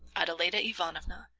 adeladda ivanovna,